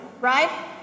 right